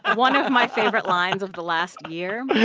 one of my favorite lines of the last year.